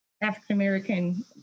African-American